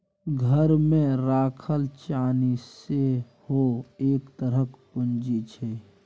घरमे राखल चानी सेहो एक तरहक पूंजी छै